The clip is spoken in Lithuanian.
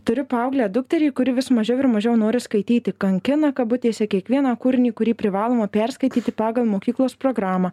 turiu paauglę dukterį kuri vis mažiau ir mažiau nori skaityti kankina kabutėse kiekvieną kūrinį kurį privaloma perskaityti pagal mokyklos programą